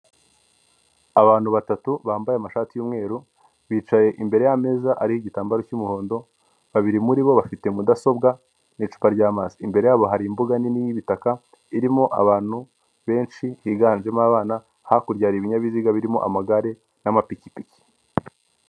Abantu batatu bambaye amashati y'umweru bicaye imbere y'ameza ariho igitambaro cy'umuhondo, babiri muri bo bafite mudasobwa n'icupa ry'amazi, imbere yabo hari imbuga nini y'ibitaka irimo abantu benshi biganjemo abana, hakurya hari ibinyabiziga birimo amagare n'amapikipiki.